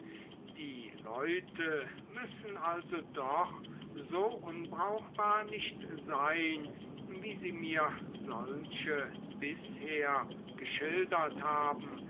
die leute müssen also doch so unbrauchbar nicht sein wie sie mir solche bisher geschildert haben